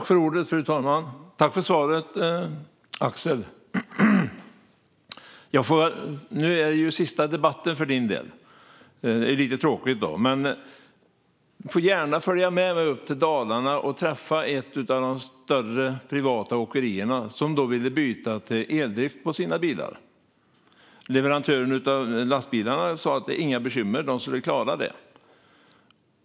Fru talman! Tack för svaret, Axel! Det här är sista debatten för din del. Det är lite tråkigt. Men du får gärna följa med mig upp till Dalarna och träffa ett av de större privata åkerierna som ville byta till eldrift på sina bilar. Leverantören av lastbilarna sa att det inte var några bekymmer. De skulle klara det.